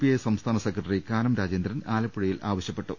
I സംസ്ഥാന secretary Kanam Rajendran ആലപ്പുഴയിൽ ആവശ്യപ്പെട്ടു